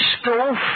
stove